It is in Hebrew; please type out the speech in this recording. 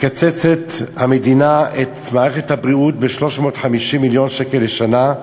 המדינה מקצצת את מערכת הבריאות ב-350 מיליון שקל לשנה,